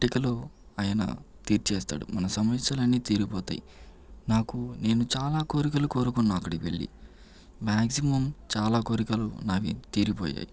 చిటికెలో అయన తీర్చేస్తాడు మన సమస్యలన్నీ తీరిపోతాయి నాకు నేను చాలా కోరికలు కోరుకున్నా అక్కడికివెళ్ళి మ్యాగ్జిమమ్ చాలా కోరికలు నావి తీరిపోయాయి